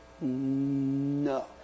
no